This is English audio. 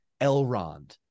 Elrond